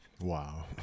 Wow